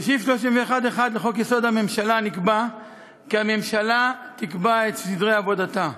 בסעיף 31(1) לחוק-יסוד: הממשלה נקבע כי הממשלה תקבע את סדרי עבודתה.